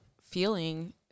feeling